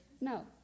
no